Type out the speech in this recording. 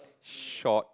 short